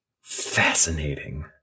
fascinating